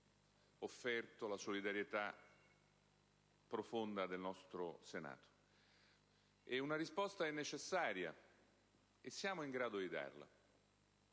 offerto la solidarietà profonda del nostro Senato. Una risposta è necessaria, e siamo in grado di darla.